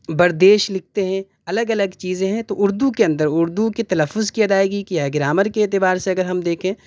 بردیش لکھتے ہیں الگ الگ چیزیں ہیں تو اردو کے اندر اردو کے تلفظ کی ادائیگی یا گرامر کے اعتبار سے اگر ہم دیکھیں